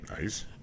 Nice